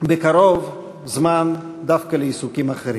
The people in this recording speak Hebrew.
בקרוב זמן דווקא לעיסוקים אחרים.